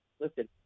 listen